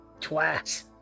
Twice